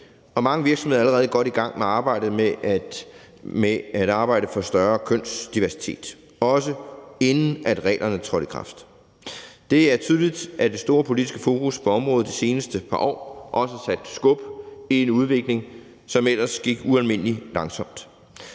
og mange virksomheder er allerede godt i gang med arbejdet med at arbejde for større kønsdiversitet – også inden reglerne trådte i kraft. Det er tydeligt, at det store politiske fokus på området de seneste par år også har sat skub i en udvikling, som ellers gik ualmindelig langsomt.